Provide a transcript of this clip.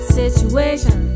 situation